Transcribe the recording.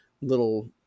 little